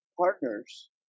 partners